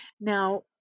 Now